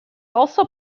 also